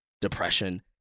depression